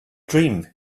dream